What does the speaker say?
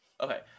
Okay